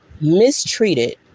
mistreated